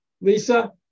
Lisa